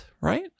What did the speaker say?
right